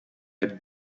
had